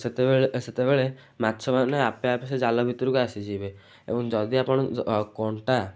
ସେତେବେଳେ ସେତେବେଳେ ମାଛମାନେ ଆପେ ଆପେ ସେ ଜାଲ ଭିତରକୁ ଆସିଯିବେ ଏବଂ ଯଦି ଆପଣ କଣ୍ଟା